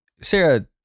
Sarah